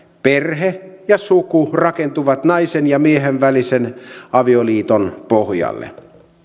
perhe ja suku rakentuvat naisen ja miehen välisen avioliiton pohjalle